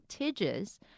Tidges